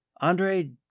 Andre